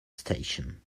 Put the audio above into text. station